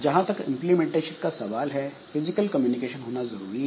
जहां तक इंप्लीमेंटेशन का सवाल है फिजिकल कम्युनिकेशन होना जरूरी है